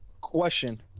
Question